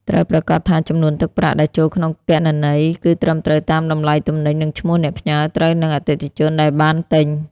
ត្រូវប្រាកដថាចំនួនទឹកប្រាក់ដែលចូលក្នុងគណនី គឺត្រឹមត្រូវតាមតម្លៃទំនិញ និងឈ្មោះអ្នកផ្ញើត្រូវនឹងអតិថិជនដែលបានទិញ។